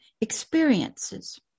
experiences